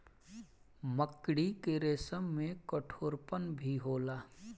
मकड़ी के रेसम में कठोरपन भी होला